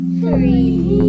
three